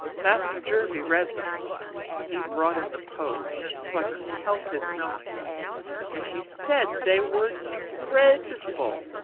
master jervie read them he brought in the post, so i couldn't help his knowing and he said they were dreadful.